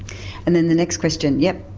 and then the next question, yep.